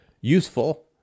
useful